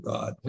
God